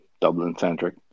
Dublin-centric